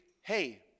hey